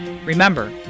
Remember